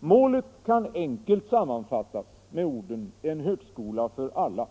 Målet kan enkelt sammanfattas med orden ”en högskola för alla”.